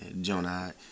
Jonah